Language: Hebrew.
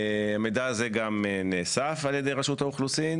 המידע הזה גם נאסף על ידי רשות האוכלוסין,